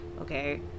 okay